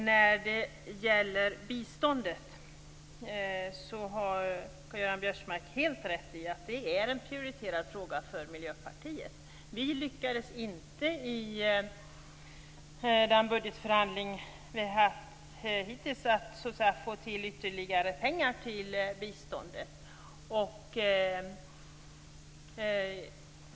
När det gäller biståndet har Karl-Göran Biörsmark helt rätt i att det är en prioriterad fråga för Miljöpartiet. Vi har hittills i de budgetförhandlingar som vi har haft inte lyckats få till ytterligare pengar till biståndet.